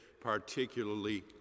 particularly